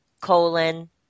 colon